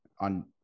on